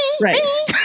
Right